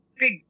big